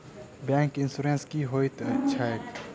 Bank insurance की होइत छैक?